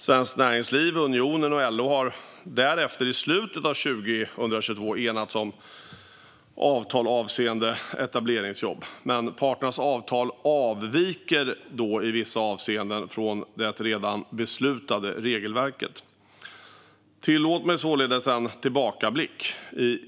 Svenskt Näringsliv, Unionen och LO har därefter i slutet av 2022 enats om avtal avseende etableringsjobb. Men parternas avtal avviker i vissa avseenden från det redan beslutade regelverket. Tillåt mig således en tillbakablick.